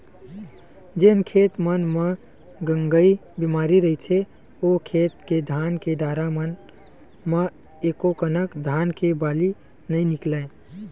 जेन खेत मन म गंगई बेमारी रहिथे ओ खेत के धान के डारा मन म एकोकनक धान के बाली नइ निकलय